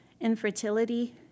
infertility